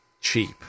cheap